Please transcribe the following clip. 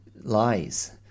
lies